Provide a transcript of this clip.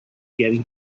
getting